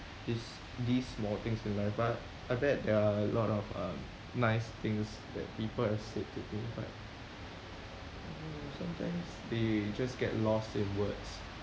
this these small things in life but I bet there are a lot of um nice things that people have said to me but mm sometimes they just get lost in words